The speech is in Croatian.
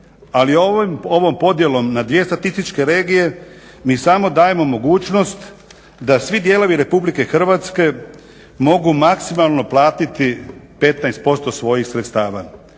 Ali ovom podjelom na dvije statističke regije mi samo dajemo mogućnost da svi dijelovi RH mogu maksimalno platiti 15% svojih sredstava.